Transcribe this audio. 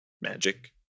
magic